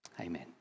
Amen